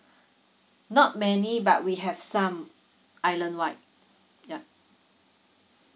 not many but we have some island wide yeah